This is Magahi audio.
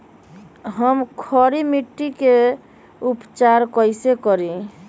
हम खड़ी मिट्टी के उपचार कईसे करी?